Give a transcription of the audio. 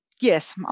Yes